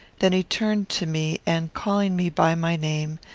then he turned to me, and, calling me by my name,